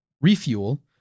refuel